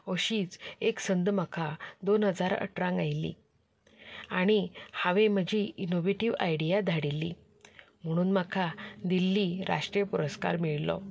अशीच एक संद म्हाका दोन हजार अठरांत आयिल्ली आनी हांवें म्हजी इनोवेटीव आयडिया धाडिल्ली म्हणून म्हाका दिल्ली राष्ट्रीय पुरस्कार मेळिल्लो